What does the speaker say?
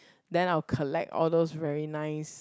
then I will collect all those very nice